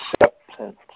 Acceptance